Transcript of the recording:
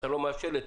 אתה לא מאפשר לי.